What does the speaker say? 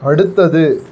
அடுத்தது